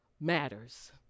matters